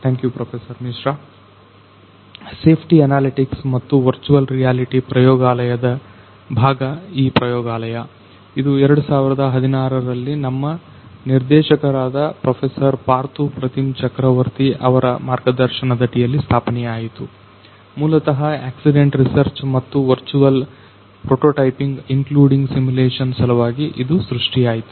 thank you professor Mishra safety analytics ಮತ್ತು virtual reality ಪ್ರಯೋಗಾಲಯದ ಭಾಗ ಈ ಪ್ರಯೋಗಾಲಯ ಇದು 2016 ರಲ್ಲಿ ನಮ್ಮ ನಿರ್ದೇಶಕರಾದ ಪ್ರೊಫೆಸರ್ ಪಾರ್ತು ಪ್ರತಿಮ ಚಕ್ರವರ್ತಿ ಅವರ ಮಾರ್ಗದರ್ಶನದಡಿಯಲ್ಲಿ ಸ್ಥಾಪನೆಯಾಯಿತು ಮೂಲತಃ ಆಕ್ಸಿಡೆಂಟ್ ರಿಸರ್ಚ್ ಮತ್ತು ವರ್ಚುವಲ್ ಪ್ರೋಟೋಟೈಪಿಂಗ್ ಇನ್ಕ್ಲೂಡಿಂಗ್ ಸಿಮುಲೇಶನ್ ಸಲುವಾಗಿ ಇದು ಸೃಷ್ಟಿ ಆಯ್ತು